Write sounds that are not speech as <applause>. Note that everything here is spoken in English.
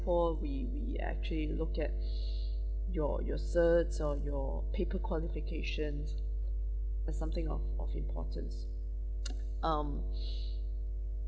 we we actually look at <breath> your your certs or your paper qualifications as something of of importance <noise> um <breath>